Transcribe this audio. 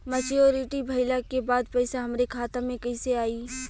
Maturity भईला के बाद पईसा हमरे खाता में कइसे आई?